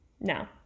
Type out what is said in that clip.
No